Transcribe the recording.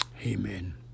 Amen